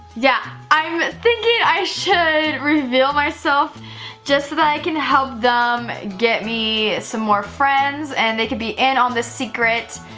yeah, i'm thinking i should reveal myself just so that i can help them get me some more friends and they could be in on the secret.